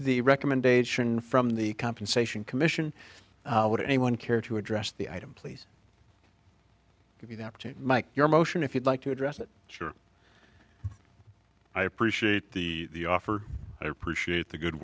the recommendation from the compensation commission would anyone care to address the item please give me that mike your motion if you'd like to address it sure i appreciate the offer i appreciate the good